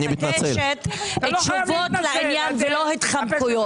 מבקשת תשובות לעניין ולא התחמקויות.